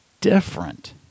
different